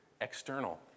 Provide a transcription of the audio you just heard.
external